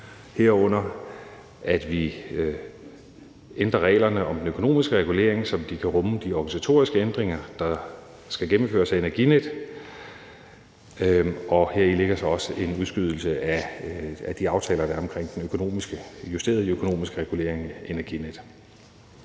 herunder at vi ændrer reglerne om den økonomiske regulering, så de kan rumme de organisatoriske ændringer, der skal gennemføres af Energinet. Heri ligger så også en udskydelse af de aftaler, der er omkring den justerede økonomiske regulering af Energinet.